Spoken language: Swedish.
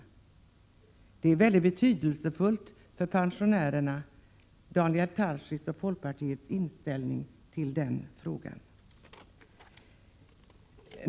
Det är betydelsfullt för pensionärerna att få veta Daniel Tarschys och folkpartiets inställning till den frågan.